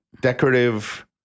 decorative